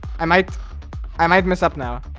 i might i might miss up now